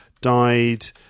died